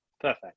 perfect